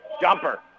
Jumper